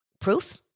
proof